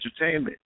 entertainment